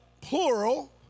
plural